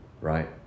right